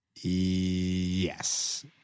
Yes